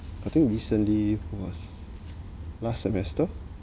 I think recently was last semester